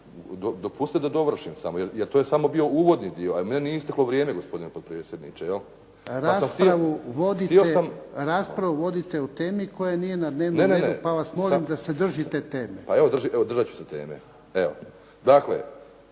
Dopustite da dovršim samo jer to je samo bio uvodni dio, ali meni nije isteklo vrijeme gospodine potpredsjedniče. **Jarnjak, Ivan (HDZ)** Raspravu vodite o temi koja nije na dnevnom redu pa vas molim da se držite teme. **Grubišić,